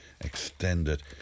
extended